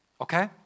Okay